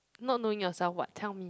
not knowing yourself [what] tell me